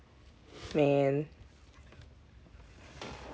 man